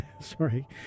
Sorry